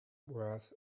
worth